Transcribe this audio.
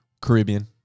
Caribbean